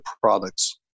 products